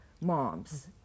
moms